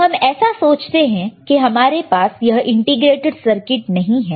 तो हम ऐसा सोचते हैं कि हमारे पास यह इंटीग्रेटेड सर्किट नहीं है